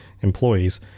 employees